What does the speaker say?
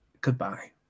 Goodbye